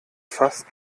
fast